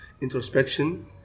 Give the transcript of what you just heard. introspection